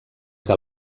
que